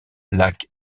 lacs